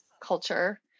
culture